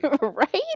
Right